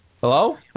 Hello